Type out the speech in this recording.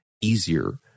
easier